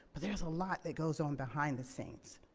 but there's a lot that goes on behind the scenes.